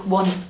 one